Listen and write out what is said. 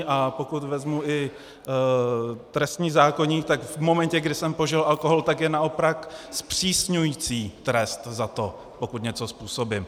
A pokud vezmu i trestní zákoník, tak v momentě, kdy jsem požil alkohol, tak je naopak zpřísňující trest za to, pokud něco způsobím.